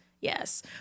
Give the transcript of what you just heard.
Yes